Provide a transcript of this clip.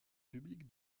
public